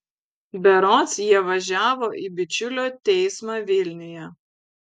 berods jie važiavo į bičiulio teismą vilniuje